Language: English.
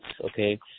okay